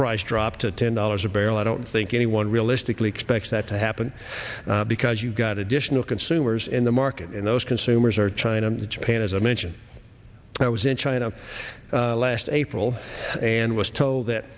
price drop to ten dollars a barrel i don't think anyone realistically expects that to happen because you've got additional consumers in the market and those consumers are china japan as i mentioned i was in china last april and was told that